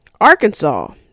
Arkansas